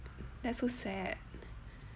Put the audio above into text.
that's so sad